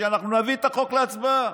שאנחנו נביא את החוק להצבעה,